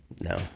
no